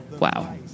Wow